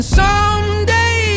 someday